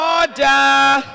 Order